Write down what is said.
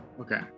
Okay